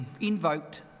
invoked